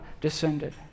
descended